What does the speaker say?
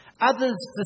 Others